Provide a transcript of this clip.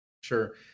Sure